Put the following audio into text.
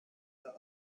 the